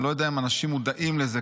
אני לא יודע אם אנשים מודעים לזה,